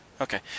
Okay